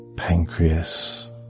pancreas